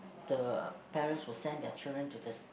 the parents will send their children to the